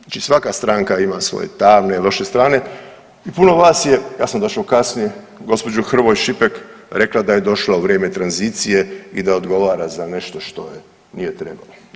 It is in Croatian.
Znači svaka stranka ima svoje tamne i loše strane i puno vas je, ja sam došao kasnije, gospođu Hrvoj Šipek rekla da je došla u vrijeme tranzicije i da odgovara za nešto što nije trebalo.